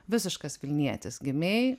visiškas vilnietis gimei